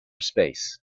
space